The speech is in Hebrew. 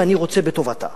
ואני רוצה בטובתה.